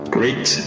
Great